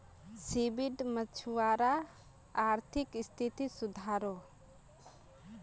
seaweed से मछुवारार अआर्थिक स्तिथि सुधरोह